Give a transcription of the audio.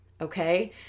Okay